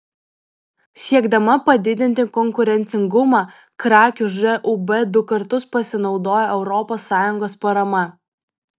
siekdama padidinti konkurencingumą krakių žūb du kartus pasinaudojo europos sąjungos parama